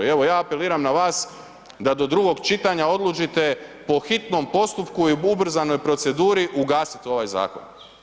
Evo ja apeliram na vas da do drugog čitanja odlučite po hitnom postupku i ubrzanoj proceduri ugasit ovaj zakon.